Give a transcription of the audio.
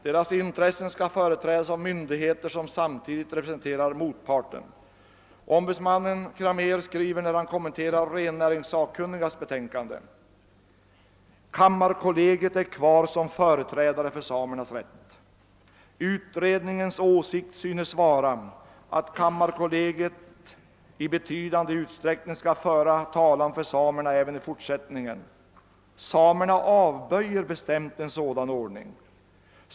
Deras intressen skall företrädas av myndigheter som samtidigt representerar motparten. Ombudsman Cramér skriver när han kommenterar rennäringssakunnnigas betänkande: >Kammarkollegiet är kvar som företrädare för samernas rätt. Utredningens åsikt synes vara, att kammarkollegiet i betydande utsträckning skall föra talan för samerna även i fortsättningen. Samerna avböjer bestämt en sådan ordning.